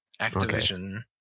Activision